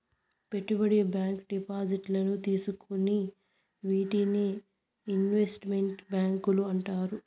పెట్టుబడి బ్యాంకు డిపాజిట్లను తీసుకోవు వీటినే ఇన్వెస్ట్ మెంట్ బ్యాంకులు అంటారు